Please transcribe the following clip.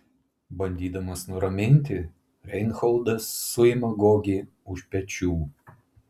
bandydamas nuraminti reinholdas suima gogį už pečių